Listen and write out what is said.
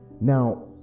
Now